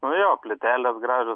nu jo plytelės gražios